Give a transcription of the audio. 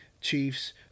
Chiefs